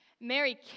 Mary